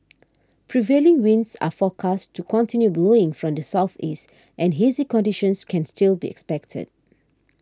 prevailing winds are forecast to continue blowing from the southeast and hazy conditions can still be expected